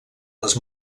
les